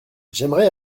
j’aimerais